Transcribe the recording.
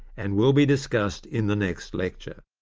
and will be discussed in the next lecture